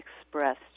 expressed